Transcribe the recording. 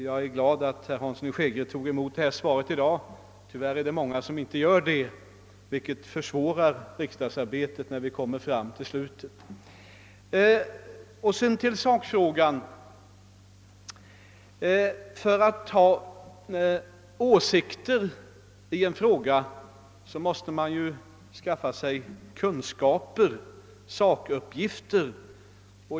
Jag är därför glad över att herr Hansson i Skegrie ville ta emot svaret i dag — tyvärr är det många som inte har velat göra det, och det försvårar riksdagsarbetet i slutet av sessionen. För att ha åsikter om en fråga måste man skaffa sig kunskaper, sakuppgifter.